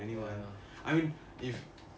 ya